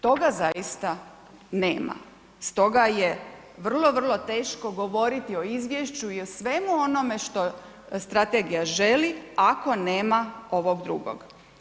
Toga zaista nema, stoga je vrlo, vrlo teško govoriti o izvješću i o svemu onome što strategija želi ako nema ovog drugog.